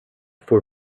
for